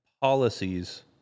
policies